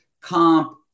comp